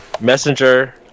Messenger